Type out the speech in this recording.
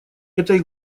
этой